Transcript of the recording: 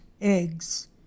eggs